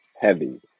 heavy